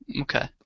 Okay